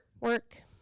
Work